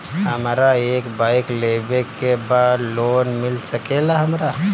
हमरा एक बाइक लेवे के बा लोन मिल सकेला हमरा?